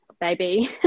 baby